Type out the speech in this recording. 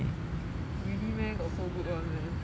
really meh got so good [one] meh